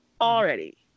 already